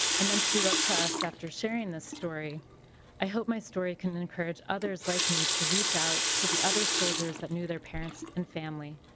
and then she wrote to us after sharing the story i hope my story can encourage others like me to reach out to the other soldiers that knew the parents and family.